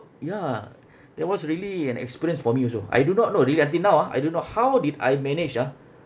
ya that was really an experience for me also I do not know really until now ah I don't know how did I manage ah